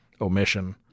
omission